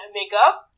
makeup